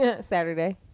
Saturday